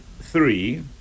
three